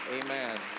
Amen